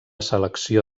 selecció